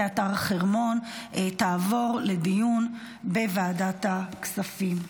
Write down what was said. אתר החרמון תעבור לדיון בוועדת הכספים.